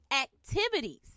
activities